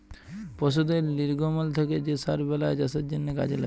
পশুদের লির্গমল থ্যাকে যে সার বেলায় চাষের জ্যনহে কাজে ল্যাগে